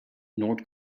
noord